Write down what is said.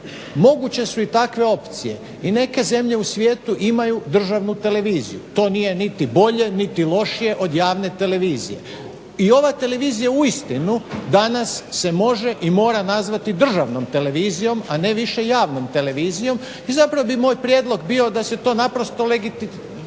moguće su i takve opcije. I neke zemlje u svijetu imaju državnu televiziju. To nije niti bolje niti lošije od javne televizije. I ova televizija uistinu danas se može i mora nazvati državnom televizijom a ne više javnom televizijom i zapravo bi moj prijedlog bio da se to naprosto učini